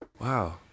Wow